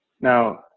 Now